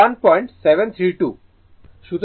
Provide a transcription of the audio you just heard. সুতরাং আমাকে এটি পরিষ্কার করতে দিন